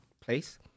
place